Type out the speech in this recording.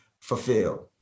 fulfilled